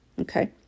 Okay